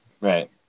right